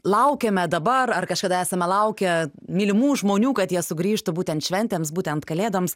laukiame dabar ar kažkada esame laukę mylimų žmonių kad jie sugrįžtų būtent šventėms būtent kalėdoms